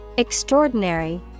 Extraordinary